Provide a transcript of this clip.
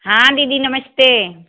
हाँ दीदी नमस्ते